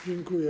Dziękuję.